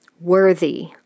worthy